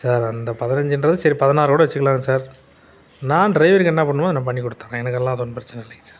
sir அந்த பதினஞ்சின்றது சரி பாத்தினாரோட வச்சிக்கலாங்க சார் நான் ட்ரைவருக்கு என்ன பண்ணுமோ அதை பண்ணி கொடுத்துட்றேன் எனக்கு அதெல்லாம் அது ஒன்றும் பிரச்சனை இல்லைங்க சார்